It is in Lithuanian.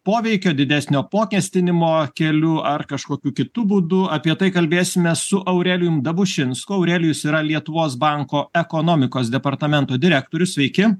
poveikio didesnio apmokestinimo keliu ar kažkokiu kitu būdu apie tai kalbėsime su aurelijum dabušinsku aurelijus yra lietuvos banko ekonomikos departamento direktorius sveiki